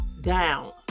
down